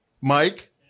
Mike